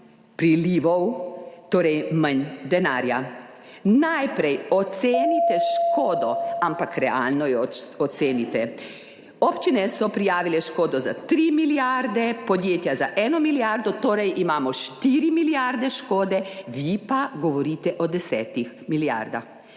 prilivov, torej manj denarja. Najprej ocenite škodo, ampak realno jo ocenite. Občine so prijavile škodo za tri milijarde, podjetja za eno milijardo, torej imamo štiri milijarde škode, vi pa govorite o desetih milijardah.